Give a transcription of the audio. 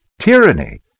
tyranny